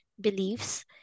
beliefs